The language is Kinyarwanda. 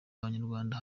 abanyarwanda